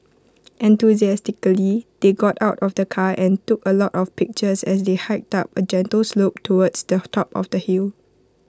enthusiastically they got out of the car and took A lot of pictures as they hiked up A gentle slope towards the top of the hill